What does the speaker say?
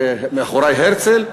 מאחורי הרצל,